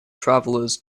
travelers